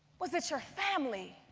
was it your family?